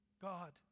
God